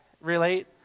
relate